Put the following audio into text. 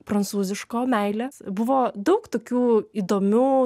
prancūziško meilės buvo daug tokių įdomių